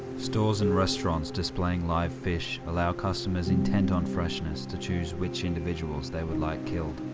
stores and restaurants displaying live fish allow customers intent on freshness to choose which individuals they would like killed.